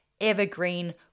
evergreen